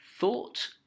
Thought